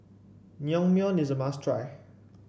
naengmyeon is a must try